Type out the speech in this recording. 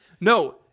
No